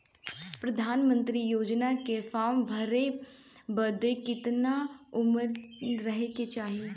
प्रधानमंत्री योजना के फॉर्म भरे बदे कितना उमर रहे के चाही?